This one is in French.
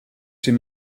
c’est